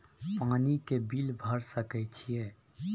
पानी के बिल भर सके छियै?